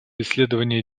исследования